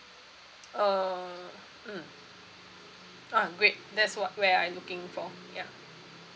uh mm ah great that's what where I looking for ya